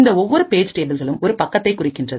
இந்த ஒவ்வொருபேஜ் டேபிள்களும் ஒரு பக்கத்தை குறிக்கின்றது